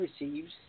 receives